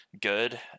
good